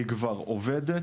היא כבר עובדת.